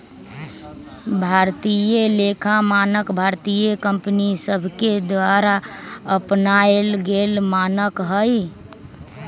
भारतीय लेखा मानक भारतीय कंपनि सभके द्वारा अपनाएल गेल मानक हइ